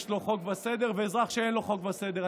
לו חוק וסדר ואזרח שאין לו חוק וסדר.